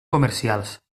comercials